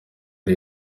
ari